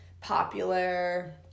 popular